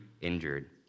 injured